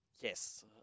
Yes